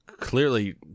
clearly